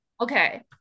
okay